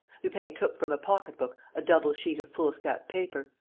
lupin took from a pocketbook a double sheet of foolscap paper,